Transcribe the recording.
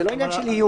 זה לא עניין של איום.